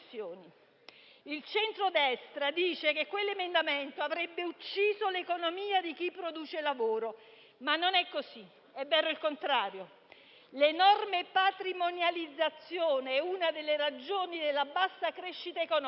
Il centrodestra dice che quell'emendamento avrebbe ucciso l'economia di chi produce lavoro, ma non è così. È vero il contrario. L'enorme patrimonializzazione è una delle ragioni della bassa crescita economica.